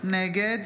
נגד